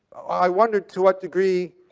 i wondered, to what degree,